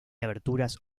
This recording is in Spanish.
aberturas